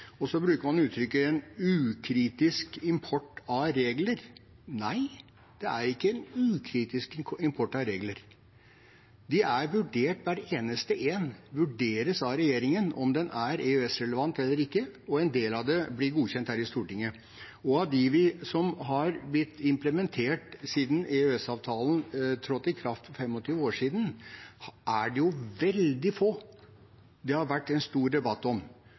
Så bruker man uttrykket ukritisk import av regler. Nei, det er ikke en ukritisk import av regler. De er vurdert. Hver eneste en vurderes av regjeringen, om den er EØS-relevant eller ikke. En del av det blir godkjent her i Stortinget. Av dem som har blitt implementert siden EØS-avtalen trådte i kraft for 25 år siden, er det veldig få det har vært en stor debatt om.